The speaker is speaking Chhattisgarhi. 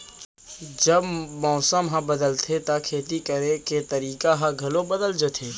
जब मौसम ह बदलथे त खेती करे के तरीका ह घलो बदल जथे?